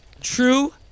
True